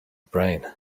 brain